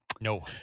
no